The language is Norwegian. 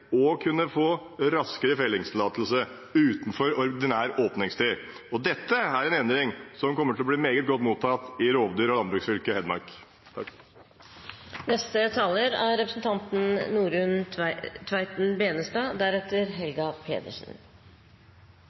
kunne få raskere fellingstillatelse utenfor ordinær åpningstid. Dette er en endring som kommer til å bli meget godt mottatt i rovdyr- og landbruksfylket Hedmark.